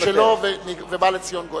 אני מוותר.